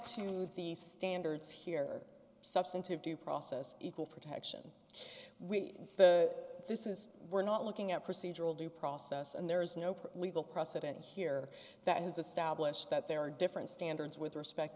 to the standards here substantive due process equal protection we this is we're not looking at procedural due process and there is no legal precedent here that has established that there are different standards with respect